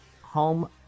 home